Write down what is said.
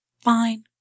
Fine